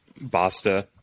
BASTA